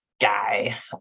guy